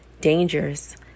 dangers